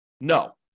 No